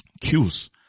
cues